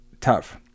tough